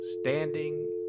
Standing